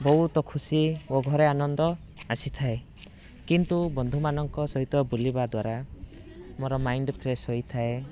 ବହୁତ ଖୁସି ଓ ଘରେ ଆନନ୍ଦ ଆସିଥାଏ କିନ୍ତୁ ବନ୍ଧୁମାନଙ୍କ ସହିତ ବୁଲିବା ଦ୍ବାରା ମୋର ମାଇଣ୍ଡ ଫ୍ରେସ ହୋଇଥାଏ